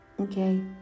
Okay